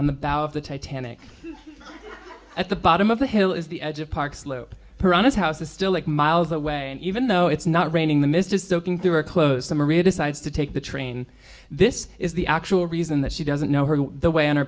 on the bow of the titanic at the bottom of the hill is the edge of park slope her honest house is still like miles away and even though it's not raining the mist is soaking through or close to maria decides to take the train this is the actual reason that she doesn't know her the way on her